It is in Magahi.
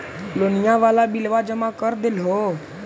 लोनिया वाला बिलवा जामा कर देलहो?